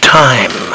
time